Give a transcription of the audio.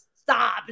stop